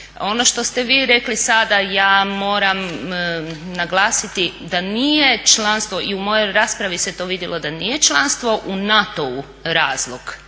ono što ste vi rekli sada ja moram naglasiti da nije članstvo i u mojoj raspravi se to vidjelo da nije članstvo, u NATO-u razlog